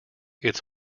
its